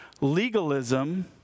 legalism